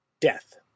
Death